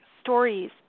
stories